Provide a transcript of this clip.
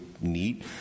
neat